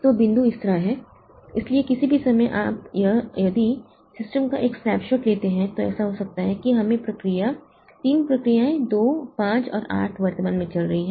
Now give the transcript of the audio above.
तो बिंदु इस तरह है इसलिए किसी भी समय यदि आप सिस्टम का एक स्नैपशॉट लेते हैं तो ऐसा हो सकता है कि हमें प्रक्रिया तीन प्रक्रियाएं 2 5 और 8 वर्तमान में चल रही हैं